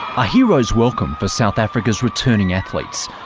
a hero's welcome for south africa's returning athletes,